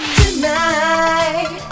tonight